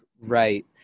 Right